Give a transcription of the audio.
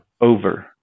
over